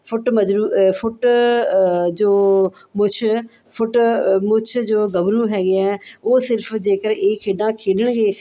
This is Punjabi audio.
ਫੁੱਟ ਮਜਰੂ ਫੁੱਟ ਜੋ ਮੁੱਛ ਫੁੱਟ ਮੁੱਛ ਜੋ ਗੱਭਰੂ ਹੈਗੇ ਹੈ ਉਹ ਸਿਰਫ ਜੇਕਰ ਇਹ ਖੇਡਾਂ ਖੇਡਣਗੇ